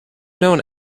known